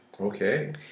Okay